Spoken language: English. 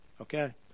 okay